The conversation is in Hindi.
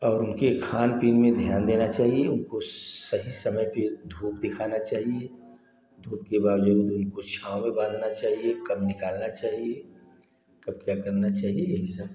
और उनके खान पान में ध्यान देना चाहिए उनको सही समय पर धूप दिखाना चाहिए धूप के बावजूद उनको छाँव में बांधना चाहिए कब निकालना चाहिए कब क्या करना चाहिए यही सब